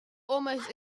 almost